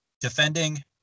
defending –